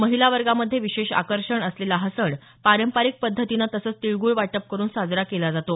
महिला वर्गामध्ये विशेष आकर्षण असलेला हा सण पारंपरिक पद्धतीनं तसंच तीळगुळ वाटप करून साजरा केला जातो